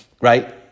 right